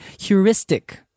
heuristic